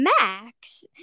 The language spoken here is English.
Max